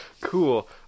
Cool